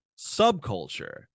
subculture